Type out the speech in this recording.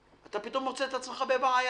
אתה פתאום מוצא את עצמך בבעיה.